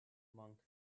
monk